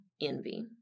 envy